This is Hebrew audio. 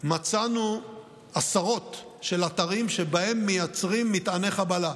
מצאנו עשרות אתרים שבהם מייצרים מטעני חבלה,